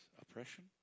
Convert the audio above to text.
oppression